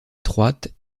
étroite